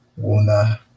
Wuna